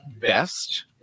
best